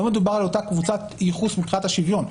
מדובר על אותה קבוצת ייחוס מבחינת השוויון.